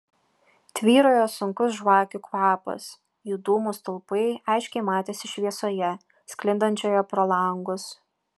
tvyrojo sunkus žvakių kvapas jų dūmų stulpai aiškiai matėsi šviesoje sklindančioje pro langus